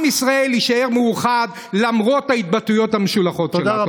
עם ישראל יישאר מאוחד למרות ההתבטאויות המשולחות שלה.